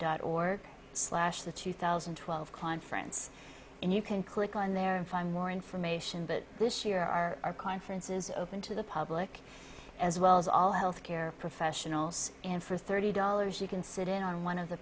dot org slash the two thousand and twelve conference and you can click on there and find more information but this year our conference is open to the public as well as all health care professionals and for thirty dollars you can sit in on one of the